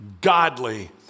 godly